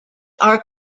are